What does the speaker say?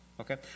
Okay